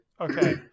okay